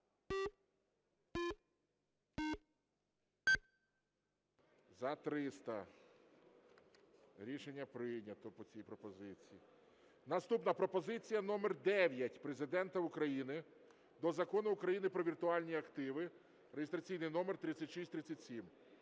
За-300 Рішення прийнято по цій пропозиції. Наступна пропозиція номер 9 Президента України до Закону України "Про віртуальні активи" (реєстраційний номер 3637).